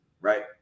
right